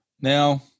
Now